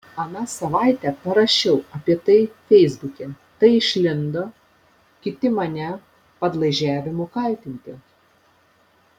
aną savaitę parašiau apie tai feisbuke tai išlindo kiti mane padlaižiavimu kaltinti